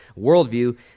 worldview